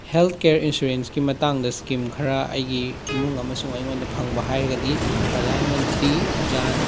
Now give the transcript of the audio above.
health care ꯏꯟꯁꯨꯔꯦꯟꯁꯀꯤ ꯃꯇꯥꯡꯗ ꯏꯁꯀꯤꯝ ꯈꯔ ꯑꯩꯒꯤ ꯏꯃꯨꯡ ꯑꯃꯁꯨꯡ ꯑꯩꯉꯣꯟꯗ ꯐꯪꯕ ꯍꯥꯏꯔꯒꯗꯤ ꯄ꯭ꯔꯗꯥꯟ ꯃꯟꯇ꯭ꯔꯤ ꯖꯥꯟ